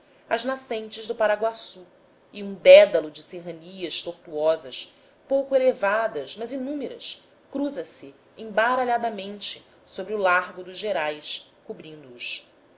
as nascentes do paraguaçu e um dédalo de serranias tortuosas pouco elevadas mas inúmeras cruza se embaralhadamente sobre o largo dos gerais cobrindo os